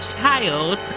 child